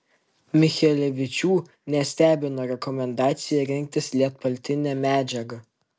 michelevičių nestebino rekomendacija rinktis lietpaltinę medžiagą